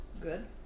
good